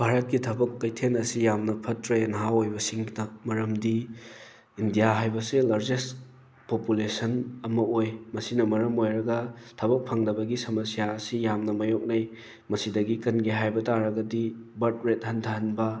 ꯚꯥꯔꯠꯀꯤ ꯊꯕꯛ ꯀꯩꯊꯦꯟ ꯑꯁꯤ ꯌꯥꯝꯅ ꯐꯠꯇ꯭ꯔꯦ ꯅꯍꯥ ꯑꯣꯏꯕꯁꯤꯡꯒꯤꯇ ꯃꯔꯝꯗꯤ ꯏꯟꯗꯤꯌꯥ ꯍꯥꯏꯕꯁꯦ ꯂꯥꯔꯖꯦꯁ ꯄꯣꯄꯨꯂꯦꯁꯟ ꯑꯃ ꯑꯣꯏ ꯃꯁꯤꯅ ꯃꯔꯝ ꯑꯣꯏꯔꯒ ꯊꯕꯛ ꯐꯪꯗꯕꯒꯤ ꯁꯃꯁ꯭ꯌꯥ ꯑꯁꯤ ꯌꯥꯝꯅ ꯃꯥꯏꯌꯣꯛꯅꯩ ꯃꯁꯤꯗꯒꯤ ꯀꯟꯒꯦ ꯍꯥꯏꯕ ꯇꯥꯔꯒꯗꯤ ꯕꯥꯔꯠ ꯔꯦꯠ ꯍꯟꯊꯍꯟꯕ